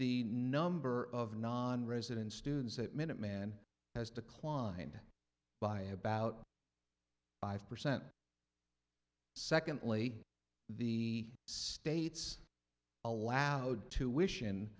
the number of nonresident students that minuteman has declined by about five percent secondly the states allowed to wish in